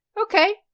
Okay